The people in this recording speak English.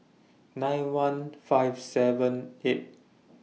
nine one five seven eight